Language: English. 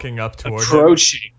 approaching